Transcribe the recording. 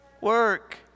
Work